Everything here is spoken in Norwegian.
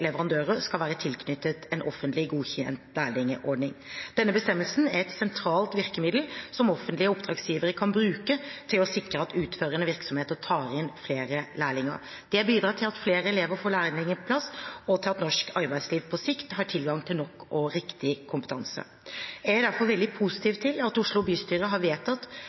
leverandører skal være tilknyttet en offentlig godkjent lærlingordning. Denne bestemmelsen er et sentralt virkemiddel som offentlige oppdragsgivere kan bruke til å sikre at utførende virksomheter tar inn flere lærlinger. Det bidrar til at flere elever får lærlingplass, og til at norsk arbeidsliv på sikt har tilgang til nok og riktig kompetanse. Jeg er derfor veldig positiv til at Oslo bystyre har vedtatt